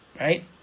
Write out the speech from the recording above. right